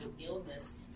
illness